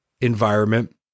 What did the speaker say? environment